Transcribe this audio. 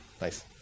nice